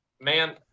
man